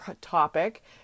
topic